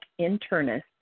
internists